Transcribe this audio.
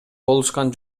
болушкан